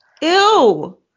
Ew